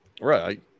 Right